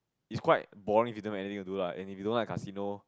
it's quite boring if you don't have anything to do lah and if you don't like casino